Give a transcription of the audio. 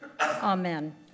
Amen